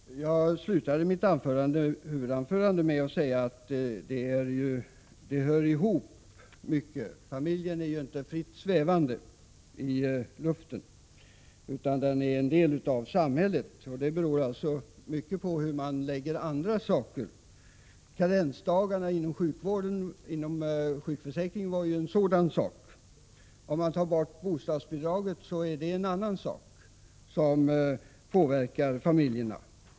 Herr talman! Jag slutade mitt huvudanförande med att säga att mycket hör ihop. Familjen är ju inte ett begrepp som svävar fritt i luften. Den är en del av samhället. Mycket beror alltså på hur det förhåller sig med andra saker. Karensdagarna inom sjukförsäkringen är exempel på en sådan sak. Att ta bort bostadsbidraget är en annan åtgärd som påverkar familjerna.